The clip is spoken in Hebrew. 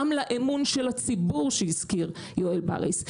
גם לאמון של הציבור שהזכיר יואל בריס.